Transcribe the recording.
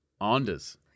Anders